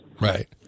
Right